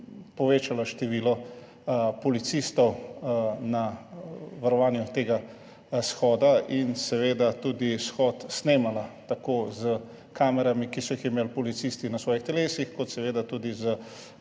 povečala število policistov na varovanju tega shoda in seveda tudi shod snemala tako s kamerami, ki so jih imeli policisti na svojih telesih, kot seveda tudi s